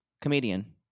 Comedian